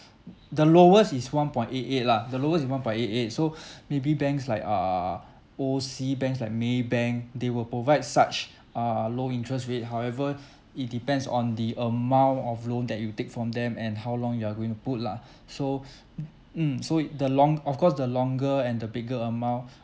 uh the lowest is one point eight eight lah the lowest is one point eight eight so maybe banks like err oversea banks like maybank they will provide such err low interest rate however it depends on the amount of loan that you take from them and how long you are going to put lah so mm mm so if the long of course the longer and the bigger amount